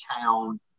town